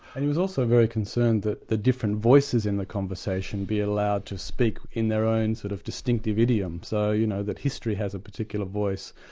and he was also very concerned that the different voices in the conversation be allowed to speak in their own sort of distinctive idiom, so you know that history has a particular voice,